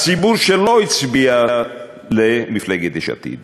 הציבור שלא הצביע למפלגת יש עתיד,